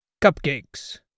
Cupcakes